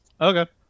Okay